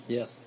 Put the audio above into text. Yes